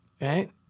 right